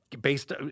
Based